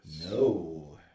No